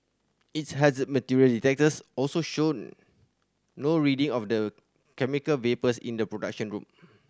its hazard material detectors also showed no reading of the chemical vapours in the production room